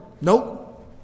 Nope